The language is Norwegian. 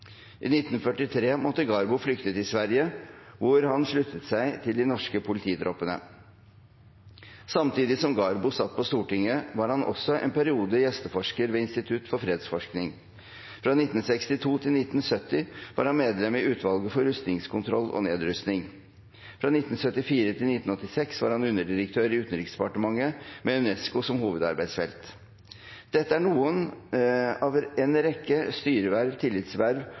I 1943 måtte Garbo flykte til Sverige, hvor han sluttet seg til de norske polititroppene. Samtidig som Garbo satt på Stortinget, var han også en periode gjesteforsker ved Institutt for fredsforskning. Fra 1962 til 1970 var han medlem i Utvalget for rustningskontroll og nedrustning. Fra 1974 til 1986 var han underdirektør i Utenriksdepartementet, med UNESCO som hovedarbeidsfelt. Dette er noen av en rekke styreverv, tillitsverv